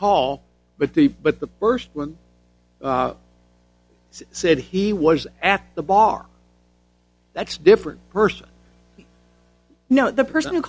call but the but the worst when he said he was at the bar that's different person know the person